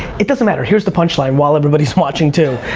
it doesn't matter, here's the punchline. while everybody's watching, too.